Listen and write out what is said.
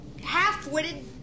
half-witted